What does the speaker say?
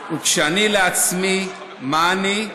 וכשאני לעצמי, מה אני,